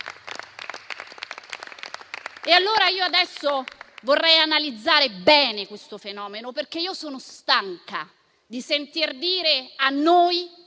Io adesso vorrei analizzare bene questo fenomeno, perché io sono stanca di sentir dire a noi